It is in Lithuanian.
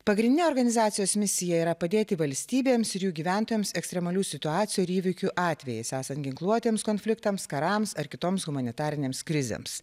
pagrindinė organizacijos misija yra padėti valstybėms ir jų gyventojams ekstremalių situacijų įvykių atvejais esant ginkluotiems konfliktams karams ar kitoms humanitarinėms krizėms